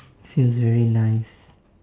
seems very nice